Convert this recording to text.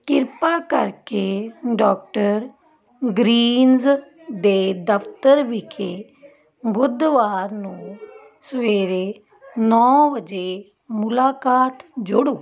ਕਿਰਪਾ ਕਰਕੇ doctor Green's ਦੇ ਦਫ਼ਤਰ ਵਿਖੇ ਬੁੱਧਵਾਰ ਨੂੰ ਸਵੇਰੇ ਨੌਂ ਵਜੇ ਮੁਲਾਕਾਤ ਜੋੜੋ